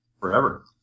forever